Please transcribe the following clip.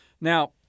Now